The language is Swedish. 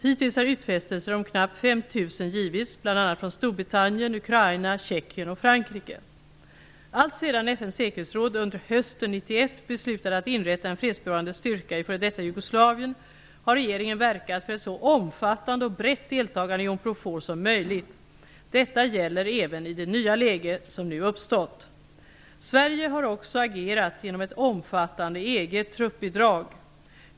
Hittills har utfästelser om knappt Alltsedan FN:s säkerhetsråd under hösten 1991 beslutade att inrätta en fredsbevarande styrka i f.d. Jugoslavien har regeringen verkat för ett så omfattande och brett deltagande i Unprofor som möjligt. Detta gäller även i det nya läge som nu uppstått. Sverige har också agerat genom ett omfattande eget truppbidrag.